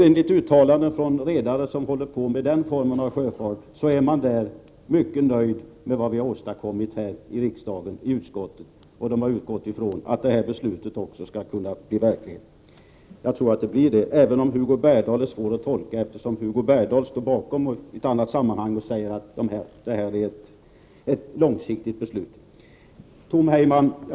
Enligt uttalanden från redare som håller på med den formen av sjöfart är de nöjda med propositionen och vad vi har åstadkommit i utskottet. De har utgått från att detta beslut också skall bli verklighet. Jag tror att det blir det, även om Hugo Bergdahls uttalanden är svåra att tolka, eftersom Hugo Bergdahl står bakom förslaget i utskottsbetänkandet och där säger att det här är ett långsiktigt beslut.